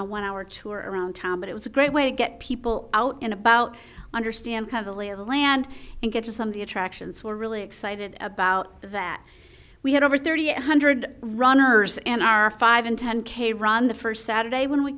a one hour tour around town but it was a great way to get people out and about understand the lay of the land and get to some of the attractions we're really excited about that we had over thirty eight hundred runners and our five and ten k run the first saturday when we